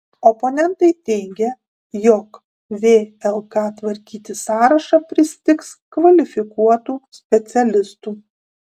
oponentai teigia jog vlk tvarkyti sąrašą pristigs kvalifikuotų specialistų